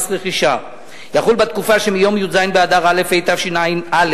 רכישה יחול בתקופה שמיום י"ז באדר א' התשע"א,